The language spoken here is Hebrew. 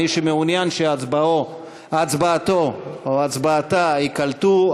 מי שמעוניין שהצבעתו או הצבעתה ייקלטו,